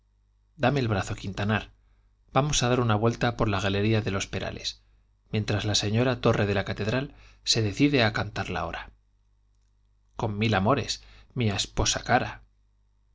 dame el brazo quintanar vamos a dar una vuelta por la galería de los perales mientras la señora torre de la catedral se decide a cantar la hora con mil amores mia sposa cara